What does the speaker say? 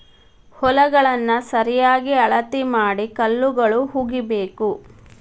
ಹೊಲಗಳನ್ನಾ ಸರಿಯಾಗಿ ಅಳತಿ ಮಾಡಿ ಕಲ್ಲುಗಳು ಹುಗಿಬೇಕು